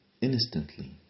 Instantly